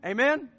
Amen